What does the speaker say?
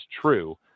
true